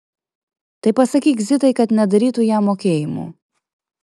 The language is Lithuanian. tai pasakyk zitai kad nedarytų jam mokėjimų